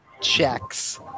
checks